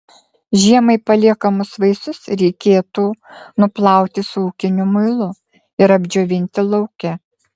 žiemai paliekamus vaisius reikėtų nuplauti su ūkiniu muilu ir apdžiovinti lauke